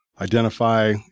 identify